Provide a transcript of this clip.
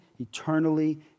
eternally